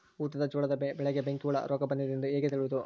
ಊಟದ ಜೋಳದ ಬೆಳೆಗೆ ಬೆಂಕಿ ಹುಳ ರೋಗ ಬಂದಿದೆ ಎಂದು ಹೇಗೆ ತಿಳಿಯುವುದು?